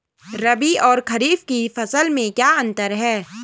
रबी और खरीफ की फसल में क्या अंतर है?